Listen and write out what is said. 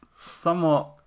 somewhat